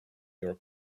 your